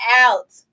out